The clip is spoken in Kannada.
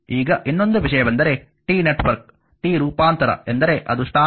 ಈಗ ಇನ್ನೊಂದು ವಿಷಯವೆಂದರೆ T ನೆಟ್ವರ್ಕ್ T ರೂಪಾಂತರ ಎಂದರೆ ಅದು ಸ್ಟಾರ್ ನೆಟ್ವರ್ಕ್